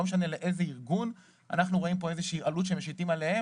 לא משנה לאיזה ארגון - איזושהי עלות שמשיתים עליהם